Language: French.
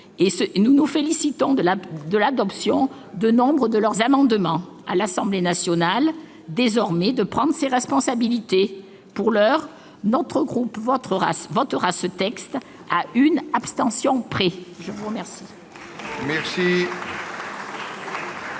Nous nous félicitons de l'adoption de nombre de leurs amendements. À l'Assemblée nationale, désormais, de prendre ses responsabilités ! Pour l'heure, notre groupe votera ce texte, à une abstention près. La parole